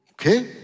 okay